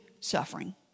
suffering